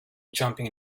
jumping